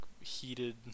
heated